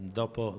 dopo